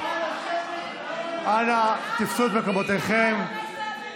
אנא תפסו את מקומותיכם.